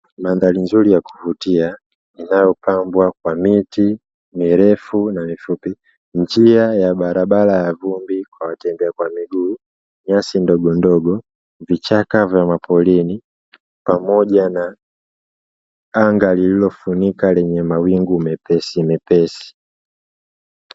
Mandhari nzuri ya kuvutia inayopambwa kwa miti mirefu na mifupi, njia ya barabara ya vumbi kwa watembea kwa miguu, nyasi ndogondogo, vichaka vya maporini pamoja na anga lililofunika lenye mawingu mepesi mepesi.